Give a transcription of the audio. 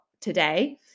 today